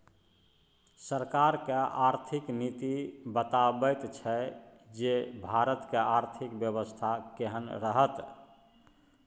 सरकारक आर्थिक नीति बताबैत छै जे भारतक आर्थिक बेबस्था केहन रहत